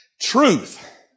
truth